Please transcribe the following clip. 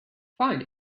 find